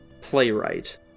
playwright